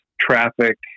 traffic